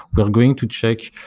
we are going to check,